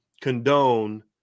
condone